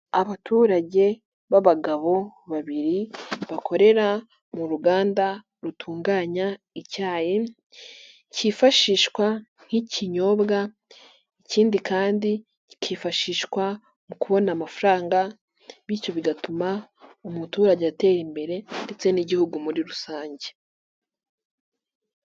Abaturage b'abagabo babiri bakorera mu ruganda rutunganya icyayi cyifashishwa nk'ikinyobwa, ikindi kandi kikifashishwa mu kubona amafaranga bityo bigatuma umuturage atera imbere ndetse n'igihugu muri rusange.